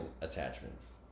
attachments